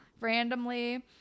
randomly